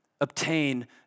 obtain